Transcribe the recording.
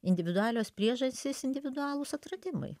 individualios priežastys individualūs atradimai